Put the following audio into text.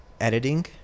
editing